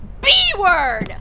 B-word